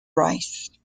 rice